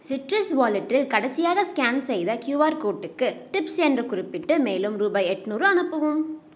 citrus வாலெட்டில் கடைசியாக scan செய்த கியூஆர் கோட்டுக்கு டிப்ஸ் என்று குறிப்பிட்டு மேலும் ரூபாய் எண்நூறு அனுப்பவும்